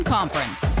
Conference